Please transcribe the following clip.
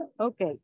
Okay